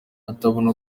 atabona